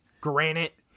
granite